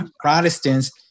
Protestants